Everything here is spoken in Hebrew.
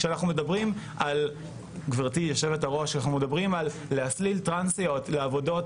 כשאנחנו מדברים על להסליל טרנסיות לעבודות